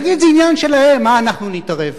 נגיד: זה עניין שלהם, מה אנחנו נתערב?